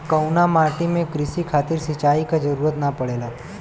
कउना माटी में क़ृषि खातिर सिंचाई क जरूरत ना पड़ेला?